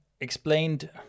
explained